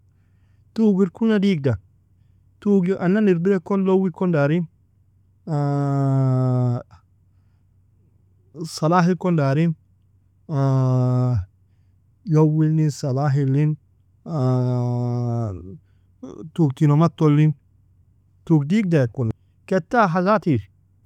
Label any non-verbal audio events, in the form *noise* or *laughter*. Toog irkuna digda toog anan irbirikon loikon dari *hesitation* salahikon darin *hesitation* loilin salahilin *hesitation* toog tino matolin toog digda irkuna ketaha zati.